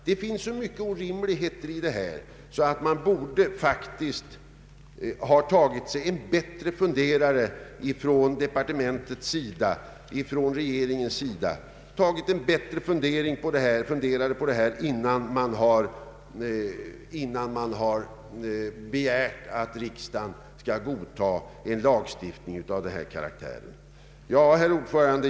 Det finns så mycken orimlighet förknippad med detta att man inom departementet och regeringen borde ha tagit sig en mera grundlig funderare på detta innan man begärde att riksdagen skulle godtaga en lagstiftning av denna karaktär. Herr talman!